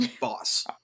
boss